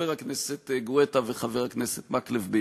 חבר הכנסת גואטה וחבר הכנסת מקלב,